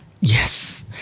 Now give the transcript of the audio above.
Yes